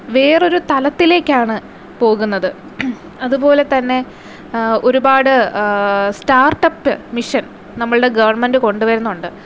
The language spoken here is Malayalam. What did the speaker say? വേറൊരു തലത്തിലേക്കാണ് പോകുന്നത് അതുപോലെ തന്നെ ഒരുപാട് സ്റ്റാർട്ടപ്പ് മിഷൻ നമ്മളുടെ ഗവൺമെന്റ് കൊണ്ടു വരുന്നുണ്ട്